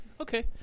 Okay